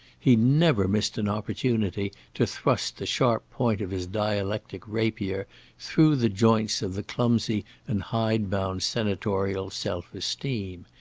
he never missed an opportunity to thrust the sharp point of his dialectic rapier through the joints of the clumsy and hide-bound senatorial self-esteem.